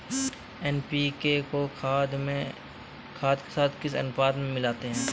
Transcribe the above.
NPK को खाद के साथ किस अनुपात में मिलाते हैं?